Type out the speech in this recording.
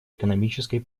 экономической